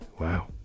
Wow